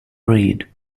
read